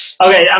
Okay